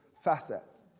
facets